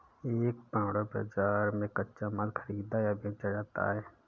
एक पण्य बाजार में कच्चा माल खरीदा या बेचा जाता है